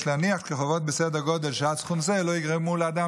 יש להניח כי חובות בסדר גודל שעד סכום זה לא יגרמו לאדם